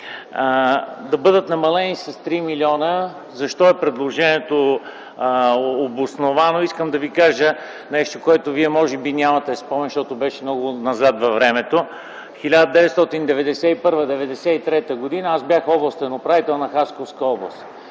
да бъдат намалени с 3 млн. Защо предложението е обосновано? Искам да Ви кажа нещо, за което Вие може би нямате спомен, защото беше много назад във времето. 1991-1993 г. аз бях областен управител на Хасковска област.